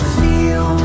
feel